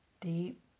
Deep